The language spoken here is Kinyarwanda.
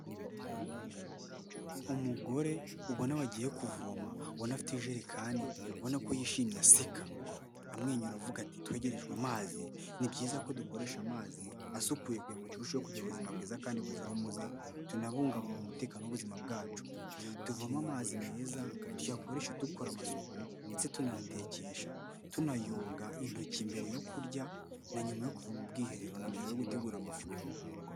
Umugore ubona wagiye kuvoma, ubona afite ijerekani, abona ko yishimye aseka, amwenyura avuga ati twegerejwe amazi, ni byiza ko dukoresha amazi asukuye kugira ngo turusheho kugira ubuzima bwiza kandi buzira umuze, tunabungabunge umutekano w'ubuzima bwacu. Tuvome amazi meza, tuyakoreshe dukora amasuku ndetse tunayatekesha, tunayoga intoki mbere yo kurya na nyuma yo kuva mu bwiherero na mbere yo gutegura amafunguro.